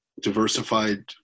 diversified